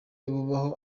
bubaho